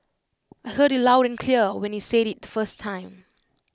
I heard you loud and clear when you said IT the first time